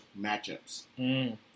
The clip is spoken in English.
matchups